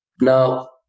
Now